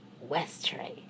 Westray